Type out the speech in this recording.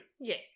Yes